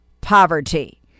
poverty